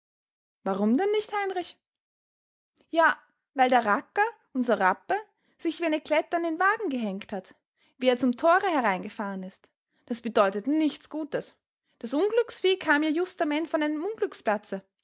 warum denn nicht heinrich ja weil der racker unser rappe sich wie eine klette an den wagen gehängt hat wie er zum thore hereingefahren ist das bedeutet nichts gutes das unglücksvieh kam ja justament von einem